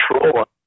control